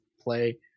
play